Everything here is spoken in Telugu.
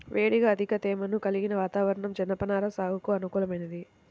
వేడిగా అధిక తేమను కలిగిన వాతావరణం జనపనార సాగుకు అనుకూలమైంది